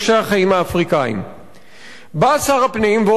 בא שר הפנים ואומר לנו, כמו שהוא אמר קודם, היום: